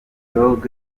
dogg